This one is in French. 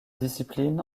discipline